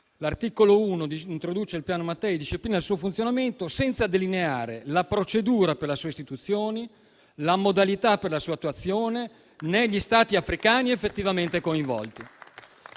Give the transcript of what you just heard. l'articolo 1 introduce il Piano Mattei e disciplina il suo funzionamento senza delineare la procedura per la sua istituzione, la modalità per la sua attuazione, né gli Stati africani effettivamente coinvolti.